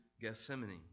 Gethsemane